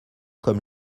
comme